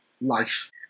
life